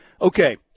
okay